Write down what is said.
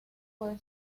puede